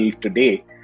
today